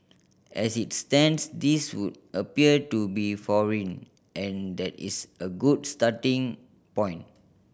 as it stands these would appear to be foreign and that is a good starting point